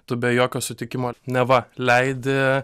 tu be jokio sutikimo neva leidi